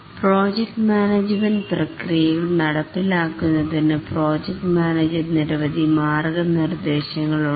project management പ്രക്രിയകൾ നടപ്പിലാക്കുന്നതിന് project manager നിരവധി മാർഗനിർദേശങ്ങൾ ഉണ്ട്